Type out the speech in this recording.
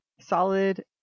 Solid